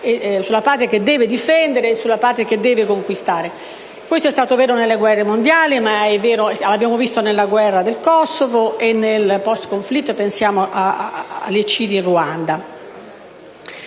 sulla Patria che deve difendere e sulla Patria che deve conquistare. Questo è stato vero nelle guerre mondiali, ma lo abbiamo visto anche nella guerra del Kosovo e nel *post* conflitto dopo l'eccidio in Ruanda.